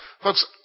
Folks